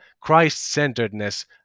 Christ-centeredness